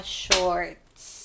shorts